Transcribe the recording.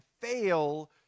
fail